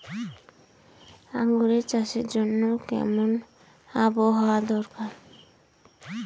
আঙ্গুর চাষের জন্য কেমন আবহাওয়া দরকার?